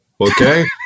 okay